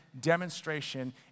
demonstration